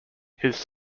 his